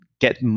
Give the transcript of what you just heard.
get